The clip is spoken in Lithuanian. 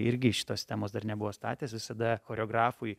irgi šitos temos dar nebuvo statęs visada choreografui